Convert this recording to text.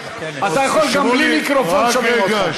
אני, אתה יכול גם בלי מיקרופון, שומעים אותך.